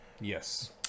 Yes